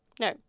no